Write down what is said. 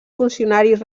funcionaris